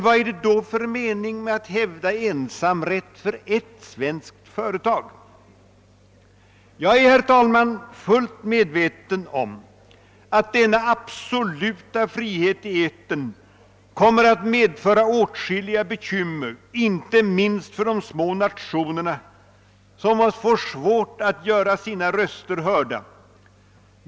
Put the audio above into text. Vad är det då för mening med att hävda ensamrätt för ett enda svenskt företag? Jag är, herr talman, fullt medveten om att denna absoluta frihet i etern kommer att medföra åtskilliga bekymmer inte minst för de små nationerna som får svårt att göra sina röster hörda.